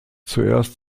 zuerst